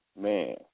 man